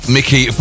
Mickey